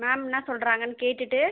ma'am என்ன சொல்கிறாங்கனு கேட்டுட்டு